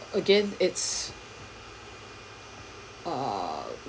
again it's uh